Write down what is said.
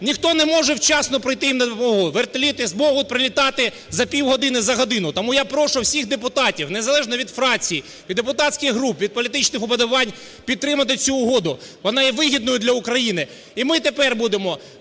ніхто не може вчасно прийти їм на допомогу, вертоліт зможе прилітати за півгодини й за годину. Тому я прошу всіх депутатів незалежно від фракцій і депутатських груп, від політичних уподобань підтримати цю угоду вона є вигідною для України. І ми тепер будемо